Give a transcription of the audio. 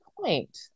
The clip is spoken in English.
point